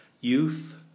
Youth